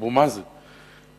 לאבו מאזן מכאן.